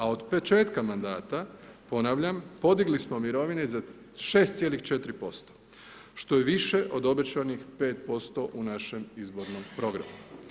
A od početka mandata, ponavljam podigli smo mirovine za 6,4% što je više od obećanih 5% u našem izbornom programu.